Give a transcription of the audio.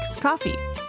coffee